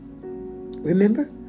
Remember